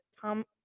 Tom